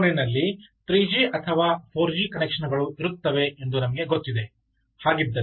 ಪ್ರತಿಯೊಂದು ಫೋನಿನಲ್ಲಿ 3G ಅಥವಾ 4G ಕನೆಕ್ಷನ್ ಗಳು ಇರುತ್ತವೆ ಎಂದು ನಮಗೆ ಗೊತ್ತಿದೆ